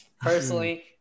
personally